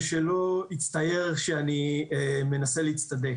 ושלא יצטייר שאני מנסה להצטדק.